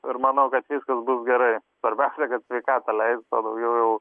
ir manau kad viskas bus gerai svarbiausia kad sveikata leistų o daugiau jau